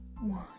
one